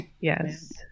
Yes